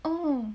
oh